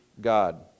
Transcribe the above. god